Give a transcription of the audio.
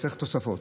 וצריך תוספות.